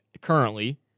currently